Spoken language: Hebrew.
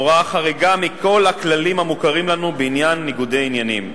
הוראה חריגה מכל הכללים המוכרים לנו בעניין ניגודי עניינים.